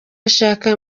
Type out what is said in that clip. ashaka